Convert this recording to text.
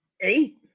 eight